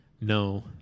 No